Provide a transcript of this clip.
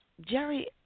Jerry